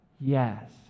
Yes